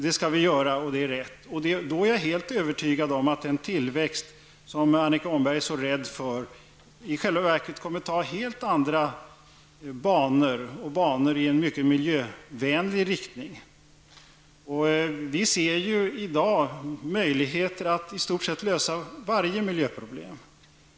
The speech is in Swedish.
Det skall vi göra, det är rätt. Dock är jag helt övertygad om att den tillväxt som Annika Åhnberg är så rädd för i själva verket kommer att ta helt andra banor i en mycket mer miljövänlig riktning. Vi ser i dag möjligheter att i stort sett lösa varje miljöproblem.